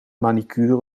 manicure